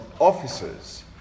officers